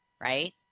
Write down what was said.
right